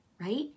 right